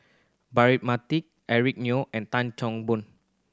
Braema Mathi Eric Neo and Tan Chan Boon